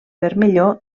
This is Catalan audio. vermellor